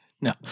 No